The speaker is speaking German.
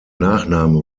nachname